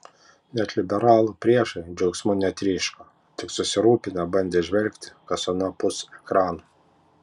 net liberalų priešai džiaugsmu netryško tik susirūpinę bandė įžvelgti kas anapus ekrano